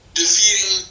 defeating